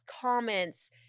comments